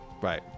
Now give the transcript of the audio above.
Right